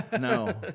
No